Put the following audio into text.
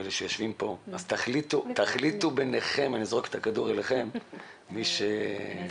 אלה שיושבים כאן, אז תחליטו ביניהם מי מתייחס.